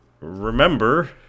remember